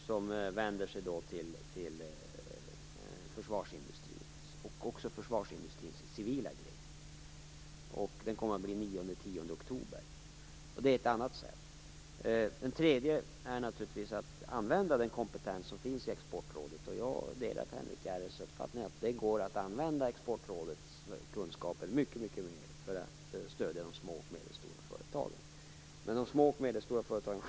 Den vänder sig då till försvarsindustrin och försvarsindustrins civila del. Sedan måste man naturligtvis använda den kompetens som finns i Exportrådet. Jag delar Henrik Järrels uppfattning att det går att använda Exportrådets kunskaper mycket mer för att stödja de små och medelstora företagen.